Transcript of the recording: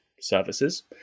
services